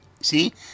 see